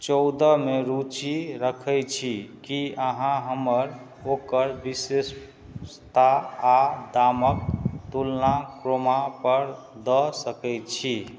चौदहमे रुचि रखय छी की अहाँ हमर ओकर विशेष ता आओर दामक तुलना क्रोमापर दऽ सकय छी